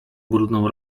brudną